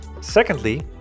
Secondly